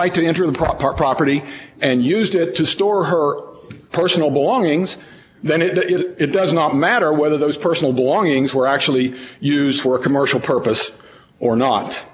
right to enter the proper property and used it to store her personal belongings then it is it does not matter whether those personal belongings were actually used for commercial purpose or not